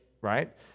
right